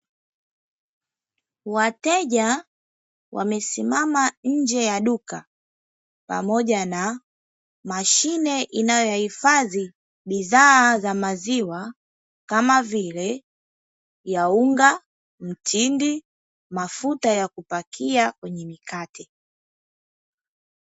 Wateja wamesimama nje ya duka pamoja na mashine inayohifadhi bidhaa za maziwa, kama vile ya unga, mtindi mafuta ya kupakia kwenye mikate.